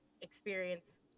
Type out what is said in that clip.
experience